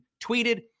tweeted